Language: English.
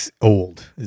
old